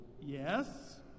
Yes